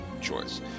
choice